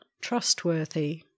trustworthy